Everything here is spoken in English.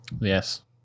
Yes